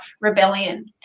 rebellion